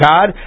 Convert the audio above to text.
God